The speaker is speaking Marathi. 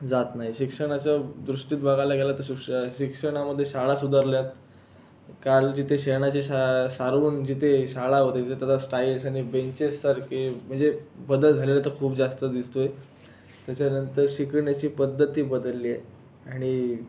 जात नाही शिक्षणाच्या दृष्टीत बघायला गेलं तर शुष्य शिक्षणामध्ये शाळा सुधारल्या आहेत काल जिथे शेणाची शाळा सारवून जिथे शाळा होत्या तिथं तर आता स्टाइल्स आणि बेंचेससारखे म्हणजे बदल झालेला तर खूप जास्त दिसतो आहे त्याच्यानंतर शिकवण्याची पद्धतही बदलली आहे आणि